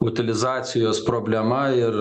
utilizacijos problema ir